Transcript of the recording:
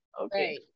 Okay